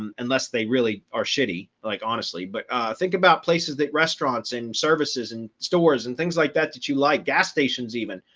um unless they really are shitty, like, honestly. but think about places that restaurants and services and stores and things like that, that you like gas stations, even,